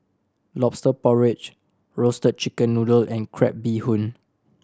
Lobster Porridge Roasted Chicken Noodle and crab bee hoon